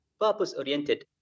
purpose-oriented